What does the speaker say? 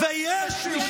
ז'בוטינסקי.